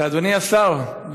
אדוני השר,